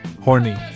horny